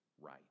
right